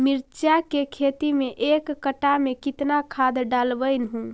मिरचा के खेती मे एक कटा मे कितना खाद ढालबय हू?